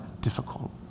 difficult